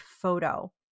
photo